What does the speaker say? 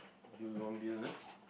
you won't be a nurse